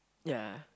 yeah